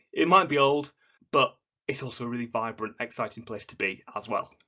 it might be old but it's also a really vibrant, exciting place to be as well.